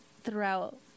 throughout